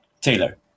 Taylor